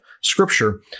Scripture